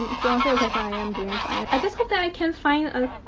to answer your question, i am doing fine. i just hope that i can find a.